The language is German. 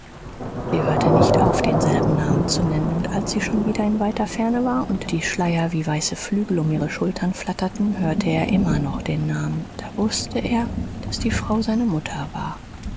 sie hörte nicht auf denselben namen zu nennen und als sie schon wieder in weiter ferne war und die schleier wie weiße flügel um ihre schultern flatterten hörte er immer noch den namen da wußte er daß die frau seine mutter war